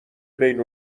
بین